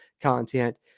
content